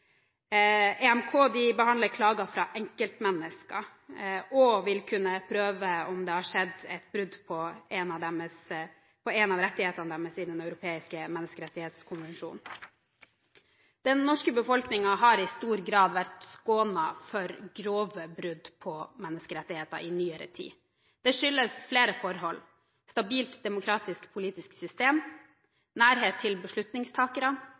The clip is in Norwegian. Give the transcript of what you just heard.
EMK behandler klager fra enkeltmennesker og vil kunne prøve om det har skjedd et brudd på en av rettighetene deres i Den europeiske menneskerettskonvensjon. Den norske befolkningen har i stor grad vært skånet for grove brudd på menneskerettigheter i nyere tid. Det skyldes flere forhold: stabilt demokratisk politisk system, nærhet til beslutningstakere,